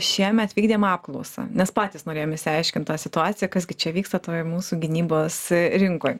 šiemet vykdėm apklausą nes patys norėjom išsiaiškint tą situaciją kas gi čia vyksta toj mūsų gynybos rinkoj